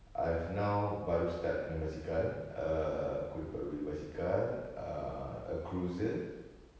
I've now baru start main bicycle err aku baru beli bicycle err a cruiser